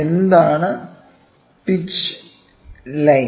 എന്താണ് pitch line